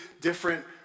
different